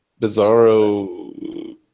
Bizarro